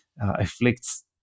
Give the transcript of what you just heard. afflicts